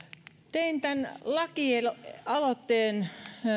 tein tämän lakialoitteen